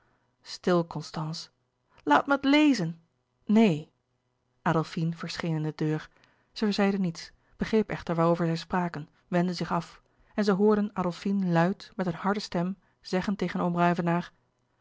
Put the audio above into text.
stil constance laat mij het lezen neen adolfine verscheen in de deur zij zeide niets begreep echter waarover zij spraken wendde zich af en zij hoorden adolfine luid met een harde stem zeggen tegen